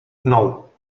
nou